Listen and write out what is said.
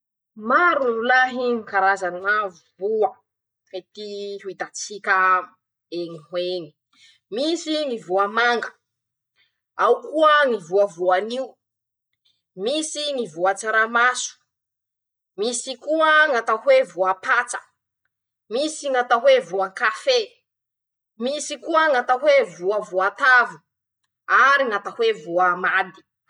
<...>Maro rolahy ñ karazana voa mety ho hitatsikaa eñy ho eñy: misy ñy voa manga, ao koa ñy voa voanio, misy ñy voa tsaramaso, misy koa ñ'atao hoe voa patsa, misy ñ'atao hoe voan-kafé, misy koa ñ'atao hoe voa voatavo ary ñ'atao hoe voamady.